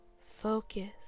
Focus